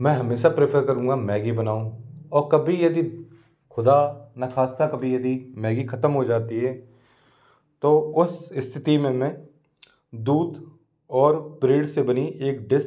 मैं हमेशा प्रेफर करूँगा मैगी बनाऊँ और कभी यदि खुदा ना खास्ता कभी यदि मैगी खत्म हो जाती है तो उस स्थिति में मैं दूध और ब्रेड से बनी एक डिस